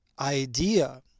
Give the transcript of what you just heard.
idea